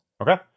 Okay